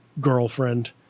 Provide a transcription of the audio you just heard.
girlfriend